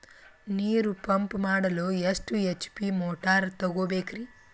ನೀರು ಪಂಪ್ ಮಾಡಲು ಎಷ್ಟು ಎಚ್.ಪಿ ಮೋಟಾರ್ ತಗೊಬೇಕ್ರಿ?